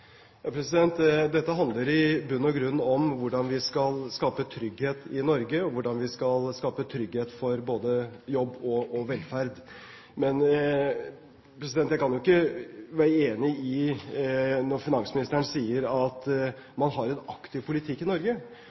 Dette handler i bunn og grunn om hvordan vi skal skape trygghet i Norge, og hvordan vi skal skape trygghet for både jobb og velferd. Men jeg kan jo ikke være enig når finansministeren sier at man har en aktiv politikk i Norge.